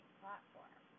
platform